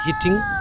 hitting